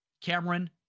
Cameron